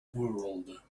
world